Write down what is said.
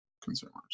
consumers